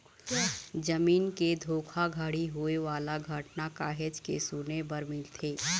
जमीन के धोखाघड़ी होए वाला घटना काहेच के सुने बर मिलथे